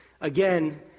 again